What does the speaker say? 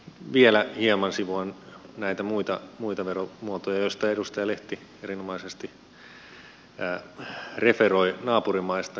vielä hieman sivuan näitä muita veromuotoja joista edustaja lehti erinomaisesti referoi koskien naapurimaita